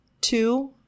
Two